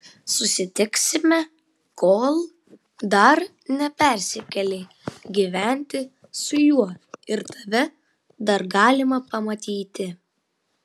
susitiksime kol dar nepersikėlei gyventi su juo ir tave dar galima pamatyti